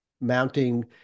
mounting